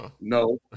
No